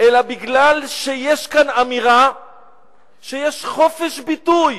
אלא מפני שיש כאן אמירה שיש חופש ביטוי